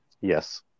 Yes